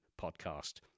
Podcast